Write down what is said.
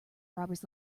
robbers